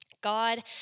God